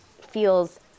feels